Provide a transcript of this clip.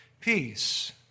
peace